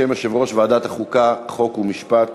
בשם יושב-ראש ועדת החוקה, חוק ומשפט